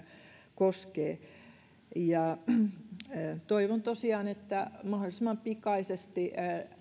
koskee toivon tosiaan että mahdollisimman pikaisesti